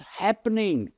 happening